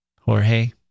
Jorge